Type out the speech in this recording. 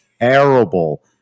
terrible